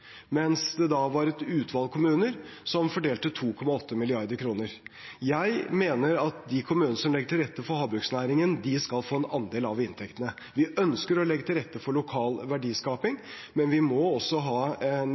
mens det var et utvalg kommuner som fordelte 2,8 mrd. kr. Jeg mener at de kommunene som legger til rette for havbruksnæringen, skal få en andel av inntektene. Vi ønsker å legge til rette for lokal verdiskaping, men vi må også ha en